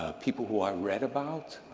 ah people who i read about,